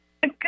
Good